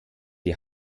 die